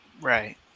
Right